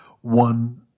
one